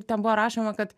ten buvo rašoma kad